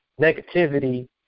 negativity